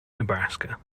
nebraska